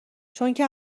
چونکه